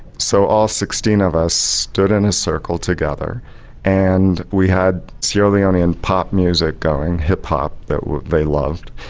so all sixteen of us stood in a circle together and we had sierra leonean pop music going, hip hop that they loved,